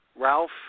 Ralph